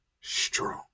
strong